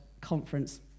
conference